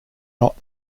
not